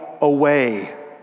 away